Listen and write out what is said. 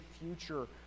future